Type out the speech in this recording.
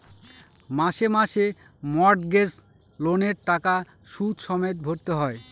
মাসে মাসে মর্টগেজ লোনের টাকা সুদ সমেত ভরতে হয়